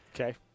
Okay